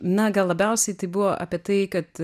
na gal labiausiai tai buvo apie tai kad